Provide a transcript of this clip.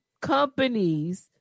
companies